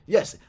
Yes